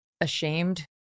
ashamed